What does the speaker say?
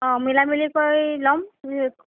অ' মিলা মিলি কৰি ল'ম